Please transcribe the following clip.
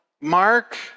Mark